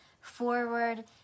forward